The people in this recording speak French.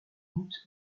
goutte